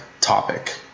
topic